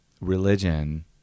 religion